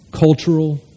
Cultural